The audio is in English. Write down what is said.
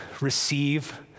receive